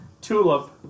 Tulip